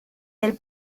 del